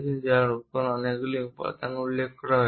যার উপর অনেকগুলি উপাদান উল্লেখ করা আছে